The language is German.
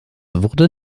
wurde